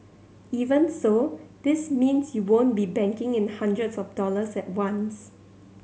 even so this means you won't be banking in hundreds of dollars at once